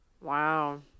Wow